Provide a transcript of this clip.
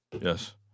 Yes